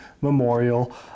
memorial